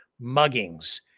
muggings